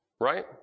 right